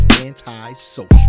anti-social